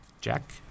Jack